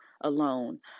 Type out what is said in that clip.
alone